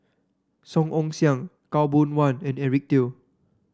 Song Ong Siang Khaw Boon Wan and Eric Teo